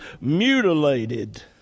mutilated